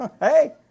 Hey